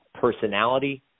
personality